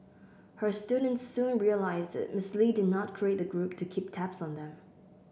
her students soon realised that Ms Lee did not create the group to keep tabs on them